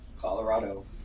Colorado